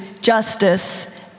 justice